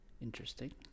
Interesting